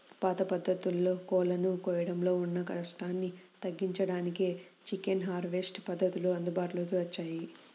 పాత పద్ధతుల్లో కోళ్ళను కోయడంలో ఉన్న కష్టాన్ని తగ్గించడానికే చికెన్ హార్వెస్ట్ పద్ధతులు అందుబాటులోకి వచ్చాయి